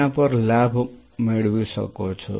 તેના પર લાભ મેળવી શકો છો